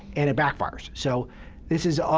and it backfires. so this is, ah